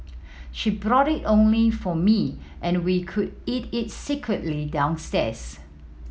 she brought it only for me and we would eat it secretly downstairs